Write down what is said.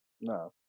No